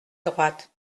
droite